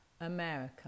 America